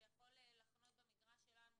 זה יכול לחנות במגרש שלנו,